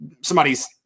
somebody's